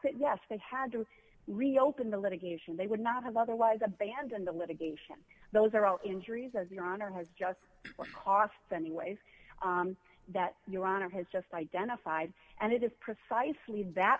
that yes they had to reopen the litigation they would not have otherwise abandon the litigation those are all injuries as your honor has just cost anyways that your honor has just identified and it is precisely that